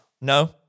no